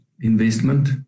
investment